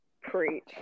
Preach